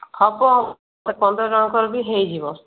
ହବ ପନ୍ଦର ଜଣଙ୍କର ବି ହୋଇଯିବ